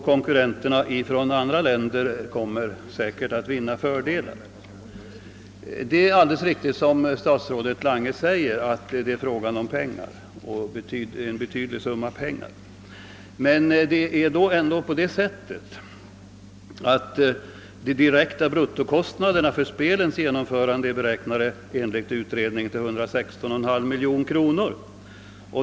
Konkurrenterna från andra länder kommer då säkerligen att vinna fördelar. Statsrådet Lange har alldeles rätt i att det är fråga om en betydlig summa pengar. De direkta bruttokostnaderna för spelens genomförande är enligt utredningen beräknade till 116,5 miljoner kronor.